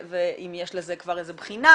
אם יש לזה כבר בחינה,